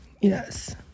Yes